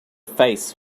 face